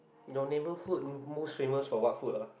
your neighborhood most famous for what food ah